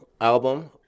album